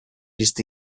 list